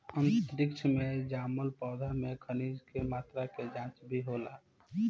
अंतरिक्ष में जामल पौधा में खनिज के मात्रा के जाँच भी होला